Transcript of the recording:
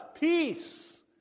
Peace